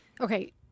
Okay